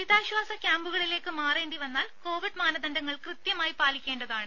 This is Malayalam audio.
ദുരിതാശ്വാസ ക്യാമ്പുകളിലേക്ക് മാറേണ്ടിവന്നാൽ കോവിഡ് മാനദണ്ഡങ്ങൾ കൃത്യമായി പാലിക്കേണ്ടതാണ്